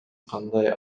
кандай